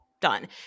Done